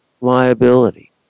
liability